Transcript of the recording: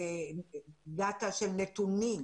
ולגבש דאטה של נתונים,